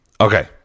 okay